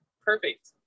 perfect